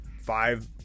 Five